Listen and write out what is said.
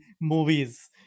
movies